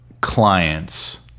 clients